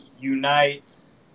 unites